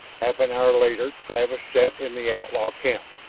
half an hour later travis sat in the outlaw camp.